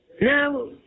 Now